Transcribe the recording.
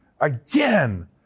again